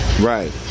right